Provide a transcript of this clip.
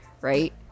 right